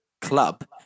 Club